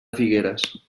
figueres